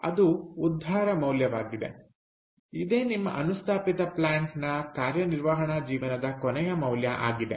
ಅದು ಉದ್ಧಾರ ಮೌಲ್ಯವಾಗಿದೆ ಇದೇ ನಿಮ್ಮ ಅನುಸ್ಥಾಪಿತ ಪ್ಲಾಂಟ್ ನ ಕಾರ್ಯನಿರ್ವಹಣ ಜೀವನದ ಕೊನೆಯ ಮೌಲ್ಯ ಆಗಿದೆ